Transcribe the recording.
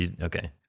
okay